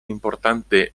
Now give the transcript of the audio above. importante